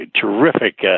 terrific